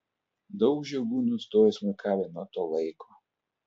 daug žiogų nustojo smuikavę nuo to laiko